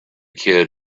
kid